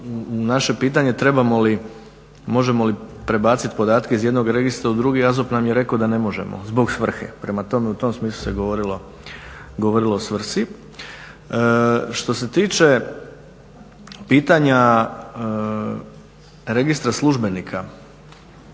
naše pitanje trebamo li, možemo li prebaciti podatke iz jednog registra u drugi, a ZUP nam je rekao da ne možemo zbog svrhe. Prema tome, u tom smislu se govorilo o svrsi. Što se tiče pitanja registra službenika